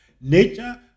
Nature